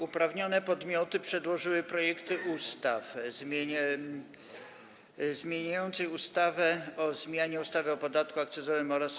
Uprawnione podmioty przedłożyły projekty ustaw: - zmieniającej ustawę o zmianie ustawy o podatku akcyzowym oraz